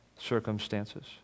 circumstances